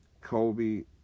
Kobe